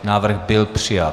Návrh byl přijat.